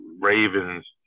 Ravens